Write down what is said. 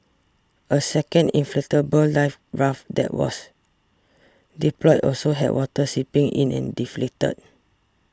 a second inflatable life raft that was deployed also had water seeping in and deflated